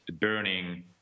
burning